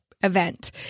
event